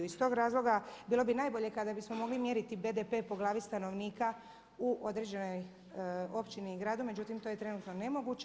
Iz tog razloga bilo bi najbolje kada bismo mogli mjeriti BDP po glavi stanovnika u određenoj općini i gradu, međutim to je trenutno nemoguće.